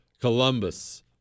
Columbus